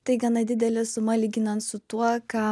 tai gana didelė suma lyginant su tuo ką